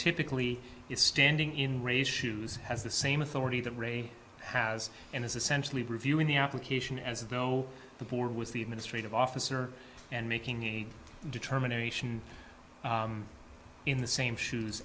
typically is standing in res shoes has the same authority that ray has and is essentially reviewing the application as though the board was the administrative officer and making a determination in the same shoes